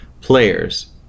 players